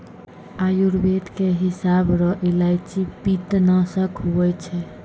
आयुर्वेद के हिसाब रो इलायची पित्तनासक हुवै छै